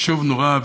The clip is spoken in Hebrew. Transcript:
זה חשוב נורא,